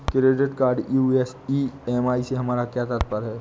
Credit card यू.एस EMI से हमारा क्या तात्पर्य है?